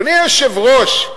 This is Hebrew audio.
אדוני היושב-ראש,